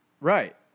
Right